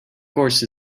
course